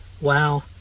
Wow